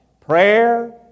Prayer